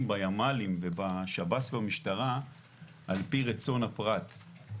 בימ"לים ובשב"ס ובמשטרה על פי רצון הפרט,